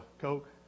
Coke